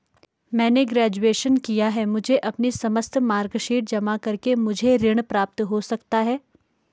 मैंने ग्रेजुएशन किया है मुझे अपनी समस्त मार्कशीट जमा करके मुझे ऋण प्राप्त हो सकता है?